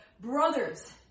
brothers